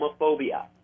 Homophobia